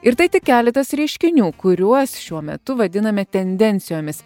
ir tai tik keletas reiškinių kuriuos šiuo metu vadiname tendencijomis